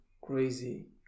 crazy